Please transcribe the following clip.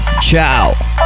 Ciao